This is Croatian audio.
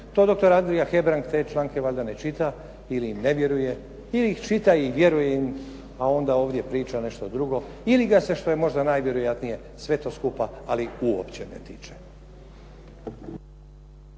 To doktor Andrija Hebrang te članke valjda ne čita ili im ne vjeruje ili ih čita i vjeruje im, a onda ovdje priča nešto drugo ili ga se, što je možda najvjerojatnije, sve to skupa ali uopće ne tiče.